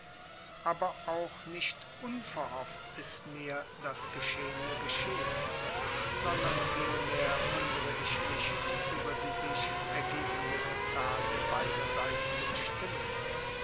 aber auch nicht unverhofft ist mir das geschehene geschehen sondern vielmehr wundere ich mich über die sich ergebende zahl der beiderseitigen stimmen